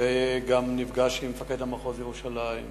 והוא גם נפגש עם מפקד מחוז ירושלים,